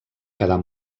quedar